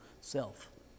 self